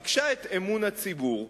ביקשה את אמון הציבור,